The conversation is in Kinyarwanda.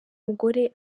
umugore